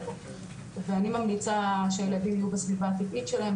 ואני ממליצה שהילדים יהיו בסביבה הטבעית שלהם,